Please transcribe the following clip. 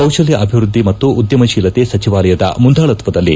ಕೌಶಲ್ಯ ಅಭಿವೃದ್ದಿ ಮತ್ತು ಉದ್ಯಮಶೀಲತೆ ಸಚಿವಾಲಯದ ಮುಂದಾಳತ್ವದಲ್ಲಿ